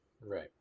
right